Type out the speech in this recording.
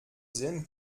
sehen